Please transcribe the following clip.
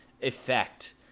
effect